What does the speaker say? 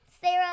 Sarah